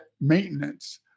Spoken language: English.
maintenance